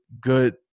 good